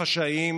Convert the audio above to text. החוק הזה.